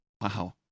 Wow